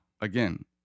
again